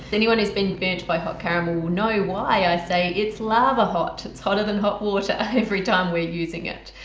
anyone who's been burnt by hot caramel will know why i say it's lava hot it's hotter than hot water every time we're using it.